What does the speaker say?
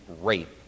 rape